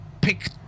pick